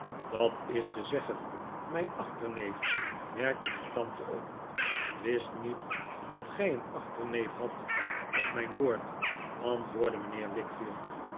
dat is te zeggen mijn achterneef merkte mijn tante op wist niet dat gij een achterneef hadt op mijn woord antwoordde mijnheer